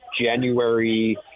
January